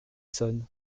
sonne